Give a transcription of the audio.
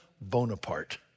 Bonaparte